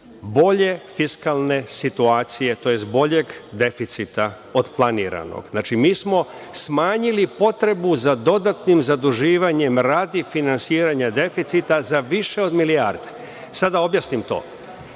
bolje fiskalne situacije, tj. boljeg deficita od planiranog. Znači, mi smanjili potrebu za dodatnim zaduživanjem radi finansiranja deficita za više od milijarde. Sada da objasnim